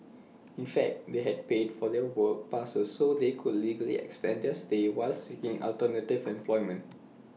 in fact they had paid for the work passes so they could legally extend their while seeking alternative employment